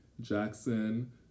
Jackson